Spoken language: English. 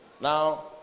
Now